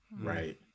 Right